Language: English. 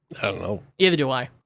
i don't know. neither do i.